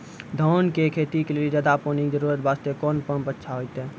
धान के खेती के लेली ज्यादा पानी के जरूरत वास्ते कोंन पम्प अच्छा होइते?